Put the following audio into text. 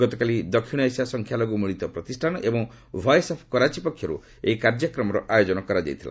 ଗତକାଲି ଦକ୍ଷିଣ ଏସିଆ ସଂଖ୍ୟାଲଘୁ ମିଳିତ ପ୍ରତିଷ୍ଠାନ ଏବଂ ଭଏସ୍ ଅଫ୍ କରାଚି ପକ୍ଷରୁ ଏହି କାର୍ଯ୍ୟକ୍ରମର ଆୟୋଜନ କରାଯାଇଥିଲା